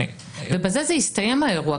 בזה יסתיים האירוע.